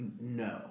No